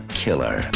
killer